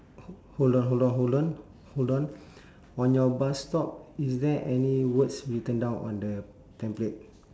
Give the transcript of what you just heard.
hold on hold on hold on hold on on your bus stop is there any words written down on the template